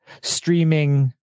streaming